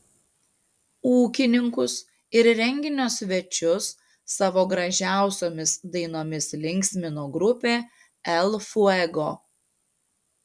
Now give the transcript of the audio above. ūkininkus ir renginio svečius savo gražiausiomis dainomis linksmino grupė el fuego